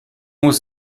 muss